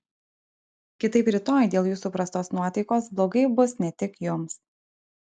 kitaip rytoj dėl jūsų prastos nuotaikos blogai bus ne tik jums